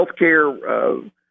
healthcare